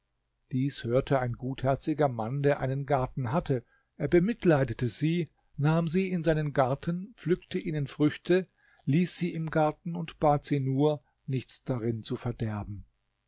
dies hörte ein gutherziger mann der einen garten hatte er bemitleidete sie nahm sie in seinen garten pflückte ihnen früchte ließ sie im garten und bat sie nur nichts darin zu verderben